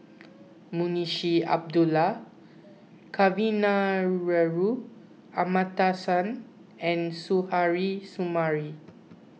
Munshi Abdullah Kavignareru Amallathasan and Suzairhe Sumari